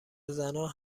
زنان